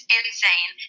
insane